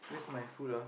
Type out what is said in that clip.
where's my food ah